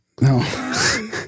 No